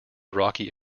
rocky